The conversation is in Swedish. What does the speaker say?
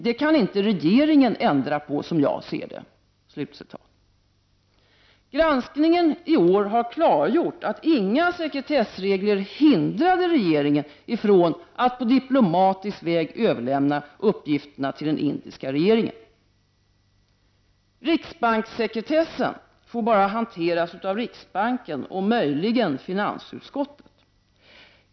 Det kan inte regeringen ändra på, som jag ser det.” Granskningen i år har klargjort att inga sekretessregler hindrade regeringen från att på diplomatisk väg utlämna uppgifterna till den indiska regeringen. Riksbankssekretessen får bara hanteras av riksbanken och möjligen av finansutskottet.